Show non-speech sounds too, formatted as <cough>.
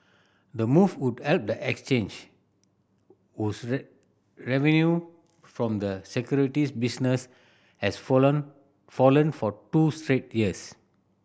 the move would help the exchange whose <unintelligible> revenue from the securities business has fallen fallen for two straight years